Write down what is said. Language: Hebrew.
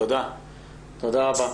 תודה רבה.